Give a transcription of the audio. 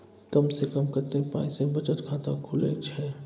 कम से कम कत्ते पाई सं बचत खाता खुले छै?